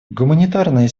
гуманитарная